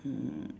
mm